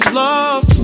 love